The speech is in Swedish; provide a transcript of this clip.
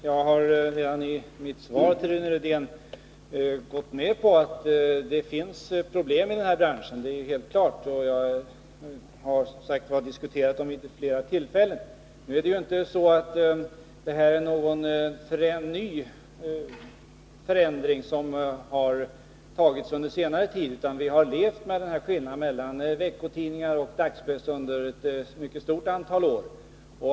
Fru talman! Redan i mitt svar påpekade jag att det finns problem i denna bransch. Det är helt klart. Jag har, som sagt var, diskuterat dessa problem vid flera tillfällen. se Detta är inte en ny förändring, som har skett under senare tid, utan vi har levt med denna skillnad mellan veckotidningar och dagspress under ett mycket stort antal år.